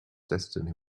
destiny